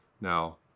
now